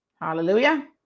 hallelujah